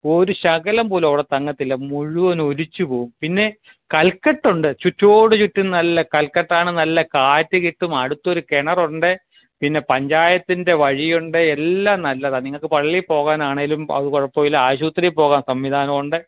ഒരു ശകലം പോലും അവിടെ തങ്ങത്തില്ല മുഴുവനും ഒലിച്ചു പോകും പിന്നെ കൽകെട്ടുണ്ട് ചുറ്റോടു ചുറ്റും നല്ല കൽക്കെട്ടാണ് നല്ല കാറ്റ് കിട്ടും അടുത്തൊരു കിണറുണ്ട് പിന്നെ പഞ്ചായത്തിൻ്റെ വഴിയുണ്ട് എല്ലാം നല്ലതാണ് നിങ്ങൾക്ക് പള്ളിയിൽ പോകാനാണെങ്കിലും അതു കുഴപ്പമില്ല ആശുപത്രിയിൽ പോകാൻ സംവിധാനം ഉണ്ട്